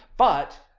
but.